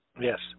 Yes